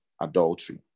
adultery